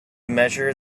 measure